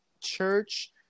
church